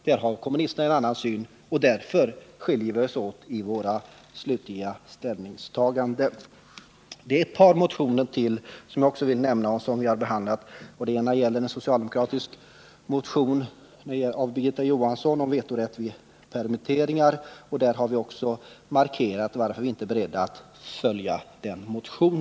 Där har kommunisterna en annan syn, och därför skiljer vi oss åt i våra slutliga ställningstaganden. Här föreligger ytterligare ett par motioner som jag också gärna vill kommentera. I en socialdemokratisk motion av Birgitta Johansson m.fl. behandlas frågan om vetorätt vid permitteringar. Utskottet har markerat varför man inte är beredd att följa de förslag som framförts i denna motion.